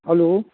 hello